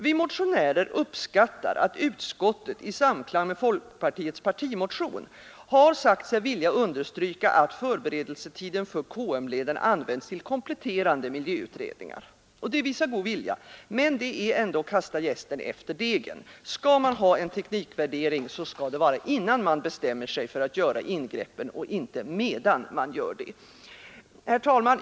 Vi motionärer uppskattar att utskottet sagt sig vilja understryka att förberedelsetiden för KM-leden används till kompletterande miljöutredningar. Det visar god vilja — men det är ändå att kasta jästen efter degen. Skall man ha en teknikvärdering, skall det vara innan man bestämmer sig för ett ingrepp, inte medan man gör det.